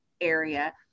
area